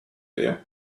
idea